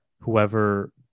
whoever